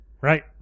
Right